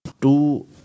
Two